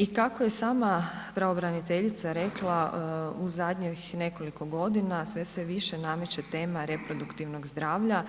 I kako je sama pravobraniteljica rekla, u zadnjih nekoliko godina sve se više nameće tema reproduktivnog zdravlja